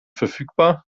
verfügbar